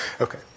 Okay